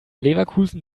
leverkusen